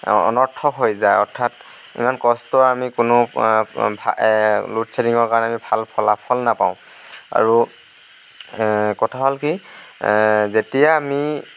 অনৰ্থক হৈ যায় অৰ্থাৎ ইমান কষ্ট আমি কোনো লোডশ্বেডিংৰ কাৰণে ভাল ফলাফল নাপাওঁ আৰু কথা হ'ল কি যেতিয়া আমি